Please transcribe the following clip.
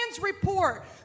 report